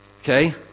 Okay